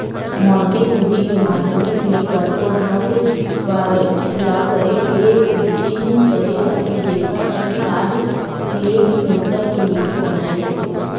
मौद्रिक नीति के माधियम ले कतको ठन कारज ल करे के उदिम करे जाथे जेखर अनसार ले ही मुद्रा के नीति बनाए जाथे